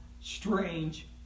strange